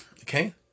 okay